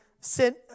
sent